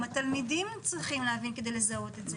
התלמידים צריכים להבין כדי לזהות את זה.